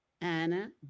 Anna